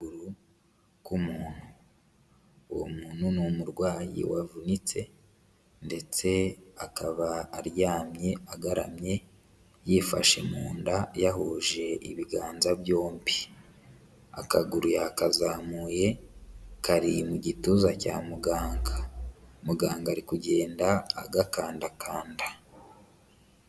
Ukuguru ku muntu, uwo muntu ni umurwayi wavunitse ndetse akaba aryamye agaramye yifashe mu nda yahuje ibiganza byombi. Akaguru yakazamuye kari mu gituza cya muganga, muganga ari kugenda agakandakanda.